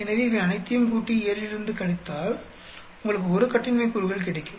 எனவே இவை அனைத்தையும் கூட்டி 7 இலிருந்து கழித்தால் உங்களுக்கு 1 கட்டின்மை கூறுகள் கிடைக்கும்